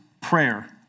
prayer